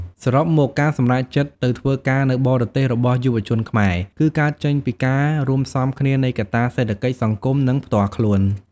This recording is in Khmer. សរុបមក ការសម្រេចចិត្តទៅធ្វើការនៅបរទេសរបស់យុវជនខ្មែរ គឺកើតចេញពីការរួមផ្សំគ្នានៃកត្តាសេដ្ឋកិច្ច សង្គម និងផ្ទាល់ខ្លួន។